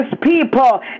people